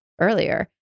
earlier